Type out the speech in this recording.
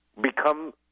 become